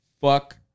fuck